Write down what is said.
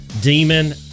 Demon